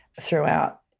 throughout